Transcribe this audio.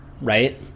right